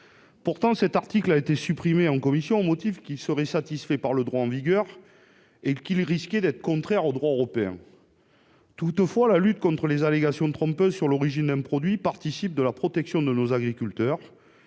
pourtant été supprimé en commission, au motif qu'il était satisfait par le droit en vigueur et qu'il risquait d'être contraire au droit européen. La lutte contre les allégations trompeuses sur l'origine d'un produit participe pourtant de la protection de nos agriculteurs.